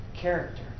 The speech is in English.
character